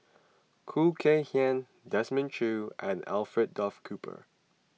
Khoo Kay Hian Desmond Choo and Alfred Duff Cooper